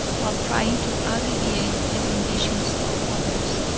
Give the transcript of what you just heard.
while trying to alleviate the conditions of others.